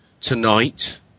tonight